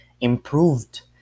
improved